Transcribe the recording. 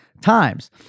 times